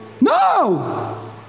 No